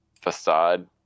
facade